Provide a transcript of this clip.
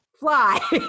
Fly